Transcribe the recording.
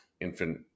infant